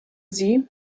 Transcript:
sie